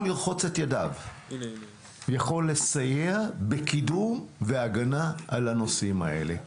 לרחוץ את ידיו יכול לסייע בקידום והגנה על הנושאים האלה.